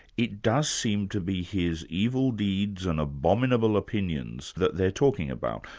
it does seem to be his evil deeds and abominable opinions that they're talking about.